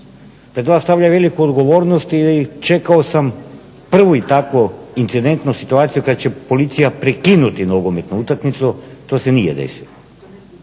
pred vas stavlja veliku odgovornost ili čekao sam prvu takvu incidentnu situaciju kad će policija prekinuti nogometnu utakmicu, to se nije desilo.